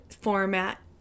format